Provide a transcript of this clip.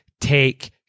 Take